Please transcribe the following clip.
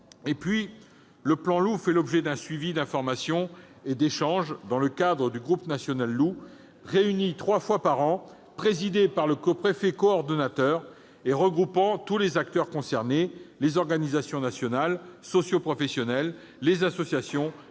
futurs. Le plan Loup fait l'objet d'un suivi, d'informations et d'échanges dans le cadre du groupe national Loup, réuni trois fois l'an, présidé par le préfet coordonnateur et regroupant les acteurs concernés : organisations nationales socioprofessionnelles et associatives, administrations